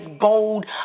bold